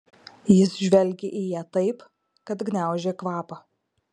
jis žvelgė į ją taip kad gniaužė kvapą